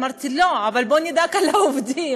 אמרתי: לא, אבל בוא נדאג לעובדים,